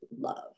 love